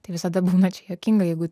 tai visada būna čia juokinga jeigu